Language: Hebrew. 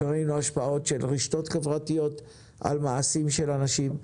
ראינו השפעות של רשתות חבריות על מעשים של אנשים.